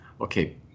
okay